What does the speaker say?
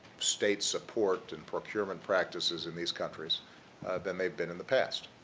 state support and procurement practices in these countries than they've been in the past.